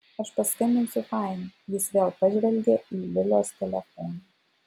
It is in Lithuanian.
aš paskambinsiu fain jis vėl pažvelgė į lilos telefoną